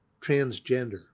transgender